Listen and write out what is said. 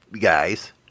guys